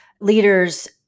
leaders